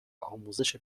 آموزش